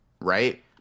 right